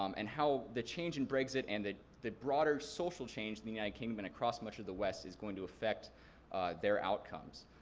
um and how the change in brexit and the the broader social change in the united yeah kingdom and across much of the west is going to effect their outcomes.